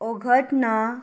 ओगट्न